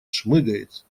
шмыгает